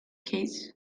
keys